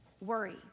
Worry